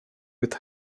with